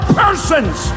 persons